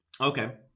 Okay